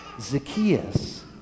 Zacchaeus